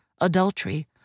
adultery